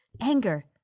Anger